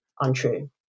untrue